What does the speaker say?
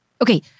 Okay